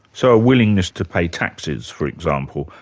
so a willingness to pay taxes for example,